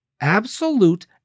absolute